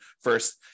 first